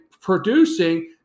producing